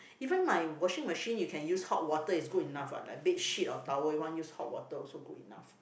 even my washing machine you can use hot water is good enough what like bed sheet or towel you want use hot water also good enough